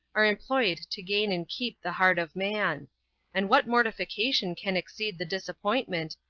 are employed to gain and keep the heart of man and what mortification can exceed the disappointment,